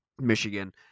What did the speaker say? Michigan